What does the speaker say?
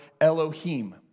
Elohim